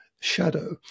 Shadow